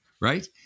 right